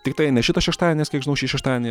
tiktai ne šitas šeštadienis kiek žinau šį šeštadienį